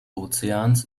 ozeans